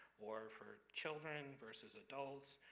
or for children versus adults,